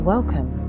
Welcome